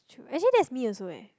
actually that is me also eh